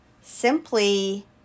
simply